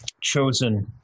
chosen